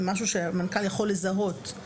משהו שהמנכ"ל יכול לזהות,